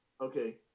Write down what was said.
okay